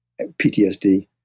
PTSD